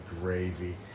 gravy